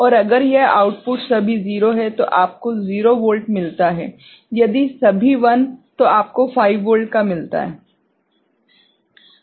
और अगर यह आउटपुट सभी 0 है तो आपको 0 वोल्ट मिलता है यदि सभी 1 तो आपको 5 वोल्ट का मिलता है